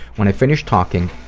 when i finished talking,